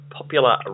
popular